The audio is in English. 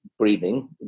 breathing